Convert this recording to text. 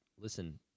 listen